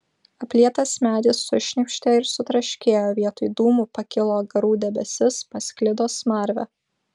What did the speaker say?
aplietas medis sušnypštė ir sutraškėjo vietoj dūmų pakilo garų debesis pasklido smarvė